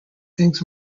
things